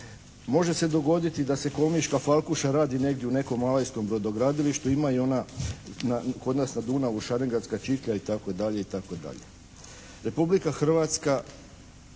Može se dogoditi da se Komiška falkuša radi negdje u nekom malejskom brodogradilištu. Ima i ona kod nas na Dunavu Šarengradska čiklja itd. Republika Hrvatska,